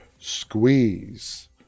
squeeze